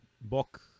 book